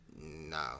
No